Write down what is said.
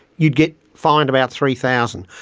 you'd get fined about three thousand